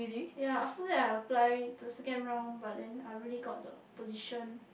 ya after that I apply to second round but then I already got the position